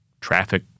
traffic